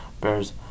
bear's